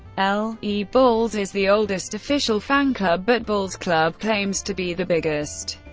l e bulls is the oldest official fanclub, but bulls club claims to be the biggest.